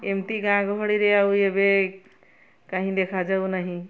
ଏମିତି ଗାଁ ଗହଳିରେ ଆଉ ଏବେ କାହିଁ ଦେଖାଯାଉ ନାହିଁ